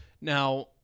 Now